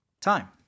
time